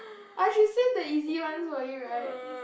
I should save the easy one for you right